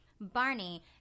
Barney